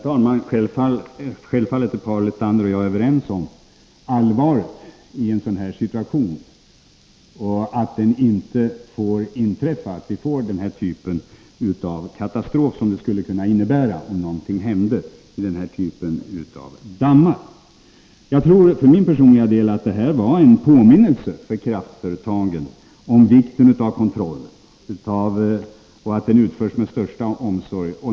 Herr talman! Självfallet är Paul Lestander och jag överens om allvaret i en sådan här situation och om att det inte får inträffa en sådan katastrof som skulle kunna bli följden, om någonting hände med den här typen av dammar. Jag tror för min personliga del att det här var en påminnelse till kraftföretagen om vikten av att kontroller görs och att de utförs med största omsorg.